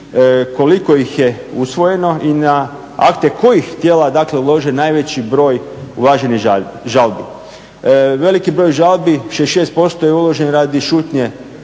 koliko ih je usvojeno i na akte kojih tijela je dakle uložen najveći broj uloženih žalbi. Veliki broj žalbi, 66% je uložen radi šutnje